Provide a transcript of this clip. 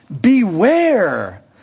Beware